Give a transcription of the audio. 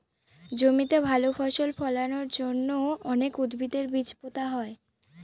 জমিতে ভালো ফসল ফলানোর জন্য অনেক উদ্ভিদের বীজ পোতা হয়